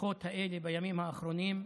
הרציחות האלה בימים האחרונים,